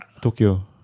Tokyo